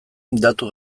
datu